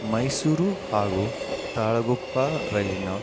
ಮೈಸೂರು ಹಾಗೂ ತಾಳಗುಪ್ಪ ರೈಲಿನ